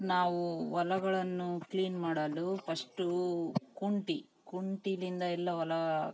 ನಾವೂ ಹೊಲಗಳನ್ನು ಕ್ಲೀನ್ ಮಾಡಲು ಫಸ್ಟೂ ಕುಂಟೆ ಕುಂಟೆಲಿಂದ ಎಲ್ಲ ಹೊಲಾ